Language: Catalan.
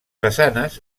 façanes